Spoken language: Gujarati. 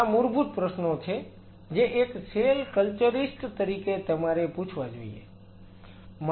આ મૂળભૂત પ્રશ્નો છે જે એક સેલ કલ્ચરિસ્ટ તરીકે તમારે પૂછવા જોઈએ